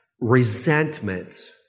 resentment